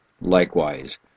likewise